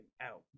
out